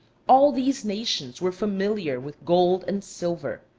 all these nations were familiar with gold and silver,